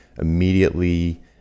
immediately